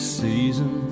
season